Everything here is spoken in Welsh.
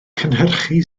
cynhyrchu